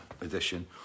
edition